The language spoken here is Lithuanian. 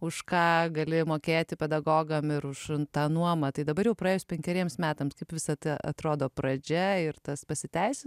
už ką gali mokėti pedagogam ir už nuomą tai dabar praėjus penkeriems metams kaip visa tai atrodo pradžia ir tas pasiteisino